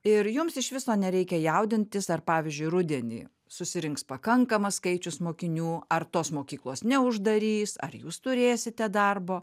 ir jums iš viso nereikia jaudintis ar pavyzdžiui rudenį susirinks pakankamas skaičius mokinių ar tos mokyklos neuždarys ar jūs turėsite darbo